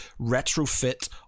retrofit